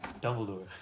Dumbledore